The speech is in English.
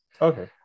Okay